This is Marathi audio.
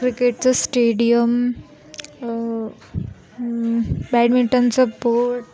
क्रिकेटचं स्टेडियम बॅडमिंटनचं पोर्ट